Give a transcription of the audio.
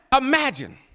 imagine